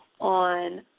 on